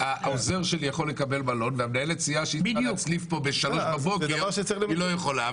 העוזר שלי יכול לקבל מלון ועובדת הסיעה שמסיימת פה ב-03:00 לא יכולה.